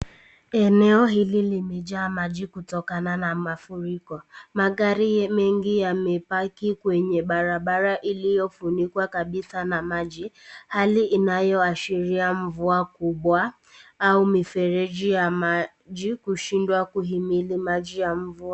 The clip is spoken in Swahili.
Eneo hili limejaa maji kutokana na mafuriko magari mengi yamebaki kwenye barabara iliyofunikwa kabisa na maji. Hali inayoashiria mvua kubwa au mifereji ya maji kushindwa kuhimili maji ya mvua.